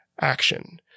action